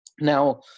Now